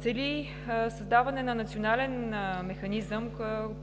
цели създаване на Национален механизъм